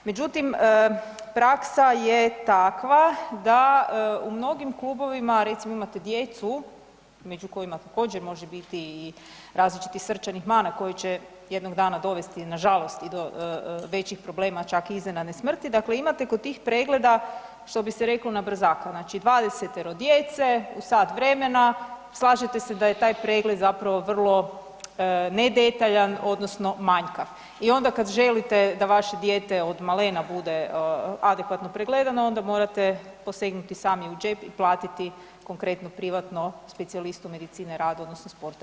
Međutim, praksa je takva da u mnogim klubovima recimo imate djecu među kojima također može biti i različitih srčanih mana koje će jednog dana dovesti nažalost i do većih problema, čak i iznenadne smrti, dakle imate kod tih pregleda što bi se reklo na brzaka, znači dvadesetero djece u sat vremena slažete se da je taj pregled zapravo vrlo ne detaljan odnosno manjkav i onda kada želite da vaše dijete od malena bude adekvatno pregledano onda morate posegnuti sami u džep i platiti konkretno privatno specijalistu medicine rada odnosno sporta.